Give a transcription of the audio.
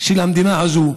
של המדינה הזאת,